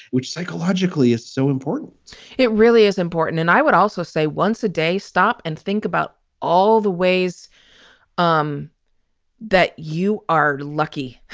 which psychologically is so important it really is important. and i would also say once a day, stop and think about all the ways um that you are lucky.